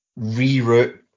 reroute